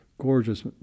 gorgeous